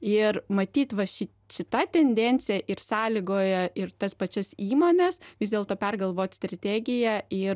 ir matyt va ši šita tendencija ir sąlygoja ir tas pačias įmones vis dėlto pergalvot strategiją ir